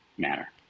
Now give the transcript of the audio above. matter